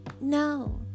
No